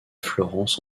florence